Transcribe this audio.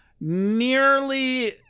nearly